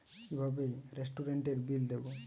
কিভাবে রেস্টুরেন্টের বিল দেবো?